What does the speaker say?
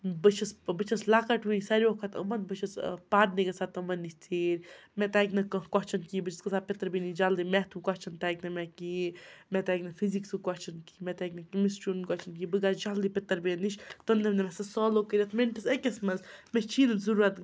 بہٕ چھَس بہٕ چھَس لَکٕٹ وۄنۍ ساروٕیو کھۄتہٕ یِمَن بہٕ چھَس پرنہِ گژھان تِمَن نِش ژیٖرۍ مےٚ تَگہِ نہٕ کانٛہہ کۄسچَن کِہیٖنۍ بہٕ چھَس گژھان پِتٕر بیٚنہِ نِش جلدی میتھُک کۄسچَن تَگہِ نہٕ مےٚ کِہیٖنۍ مےٚ تَگہِ نہٕ فِزِکسُک کۄسچَن کِہیٖںۍ مےٚ تَگہِ نہٕ کیٚمِسٹرٛیٖیُن کۄسچَن یہِ بہٕ گژھٕ جلدی پِتٕر بیٚنہِ نِش تِم دِنۍ مےٚ سُہ سالُو کٔرِتھ مِنٹَس أکِس منٛز مےٚ چھی نہٕ ضرورَت